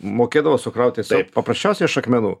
mokėdavo sukraut tiesiog paprasčiausiai aš akmenų